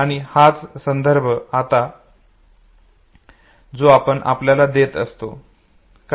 आणि हाच संदर्भ असतो जो आपण स्वतःला देत असतो